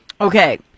Okay